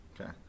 okay